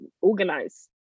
organize